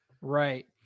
Right